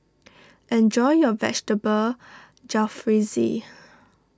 enjoy your Vegetable Jalfrezi